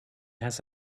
has